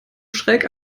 schräg